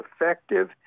effective